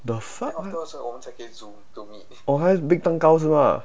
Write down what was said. the fuck oh 他 bake 蛋糕是吗